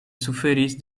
suferis